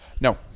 No